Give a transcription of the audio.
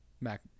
Mac